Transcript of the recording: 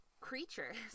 creatures